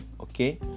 Okay